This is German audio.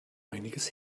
einiges